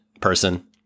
person